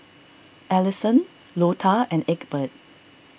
Allisson Lota and Egbert